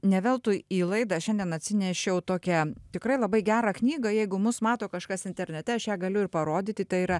ne veltui į laidą šiandien atsinešiau tokią tikrai labai gerą knygą jeigu mus mato kažkas internete aš ją galiu ir parodyti tai yra